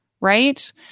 Right